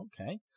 Okay